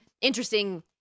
interesting